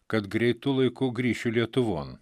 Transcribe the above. kad greitu laiku grįšiu lietuvon